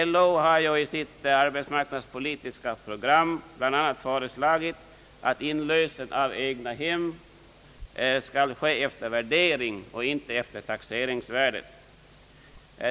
LO har i sitt arbetsmarknadspolitiska program bl.a. föreslagit att inlösen av egnahem skall ske efter värdering och inte efter taxeringsvärde.